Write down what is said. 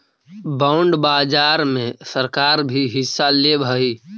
bond बाजार में सरकार भी हिस्सा लेवऽ हई